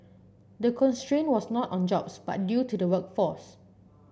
the constraint was not on jobs but due to the workforce